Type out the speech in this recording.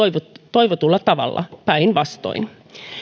toivotulla tavalla päinvastoin